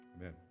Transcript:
Amen